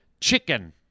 chicken